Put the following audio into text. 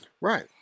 Right